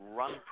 run